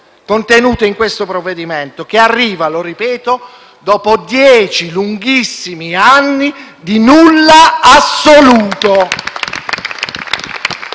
contenute in questo provvedimento che arriva, lo ripeto, dopo dieci lunghissimi anni di nulla assoluto.